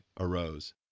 arose